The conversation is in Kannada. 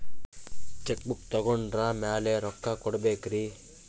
ಚೆಕ್ ಬುಕ್ ತೊಗೊಂಡ್ರ ಮ್ಯಾಲೆ ರೊಕ್ಕ ಕೊಡಬೇಕರಿ?